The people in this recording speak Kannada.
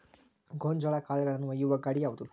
ಗೋಂಜಾಳ ಕಾಳುಗಳನ್ನು ಒಯ್ಯುವ ಗಾಡಿ ಯಾವದು?